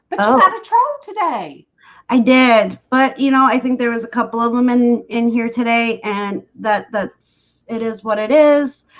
but though about a trial today i did but you know, i think there was a couple of them in in here today and that that's it is what it is